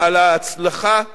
בהצלחה הזאת.